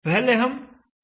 पहले हम dead load को लेते हैं